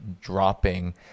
dropping